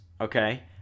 okay